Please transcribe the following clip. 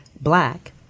black